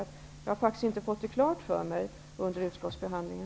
Jag har faktiskt inte fått det klart för mig under utskottsbehandlingen.